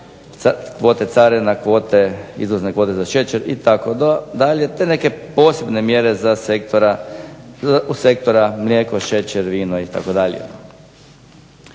kvote carina, kvote, izvozne kvote za šećer itd., te neke posebne mjere za sektora, u sektora mlijeko, šećer, vino, itd. Dalje,